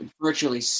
virtually